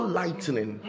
lightning